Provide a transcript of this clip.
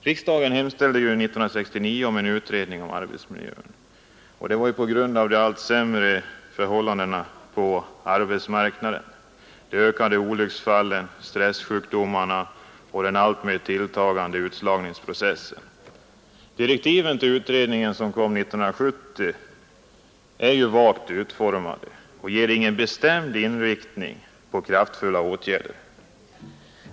Riksdagen hemställde 1969 om en utredning om arbetsmiljön, detta på grund av de allt sämre förhållandena på arbetsmarknaden, de ökande olycksfallen, stressjukdomarna och den alltmer tilltagande utslagningsprocessen. Direktiven till utredningen, som kom 1970, är vagt utformade och ger ingen bestämd inriktning på kraftfulla åtgärder.